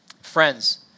friends